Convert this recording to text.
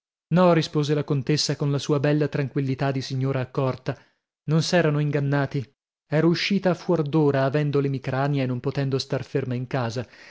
no rispose la contessa con la sua bella tranquillità di signora accorta non s'erano ingannati ero uscita fuor d'ora avendo l'emicrania e non potendo star ferma in casa